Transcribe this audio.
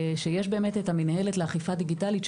יש גם את המינהלת לאכיפה דיגיטלית,